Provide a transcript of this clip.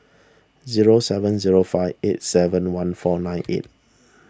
zero seven zero five eight seven one four nine eight